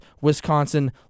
Wisconsin